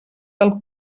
del